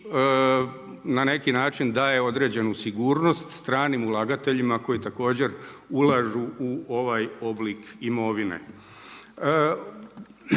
na neki način daje određenu sigurnost stranim ulagateljima koji također ulažu u ovaj oblik imovine.